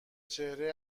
چهره